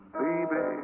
baby